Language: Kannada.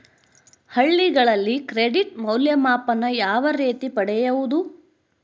ಹಳ್ಳಿಗಳಲ್ಲಿ ಕ್ರೆಡಿಟ್ ಮೌಲ್ಯಮಾಪನ ಯಾವ ರೇತಿ ಪಡೆಯುವುದು?